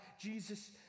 Jesus